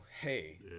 hey